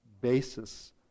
basis